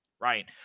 Right